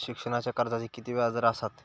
शिक्षणाच्या कर्जाचा किती व्याजदर असात?